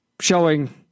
showing